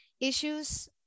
issues